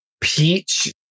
Peach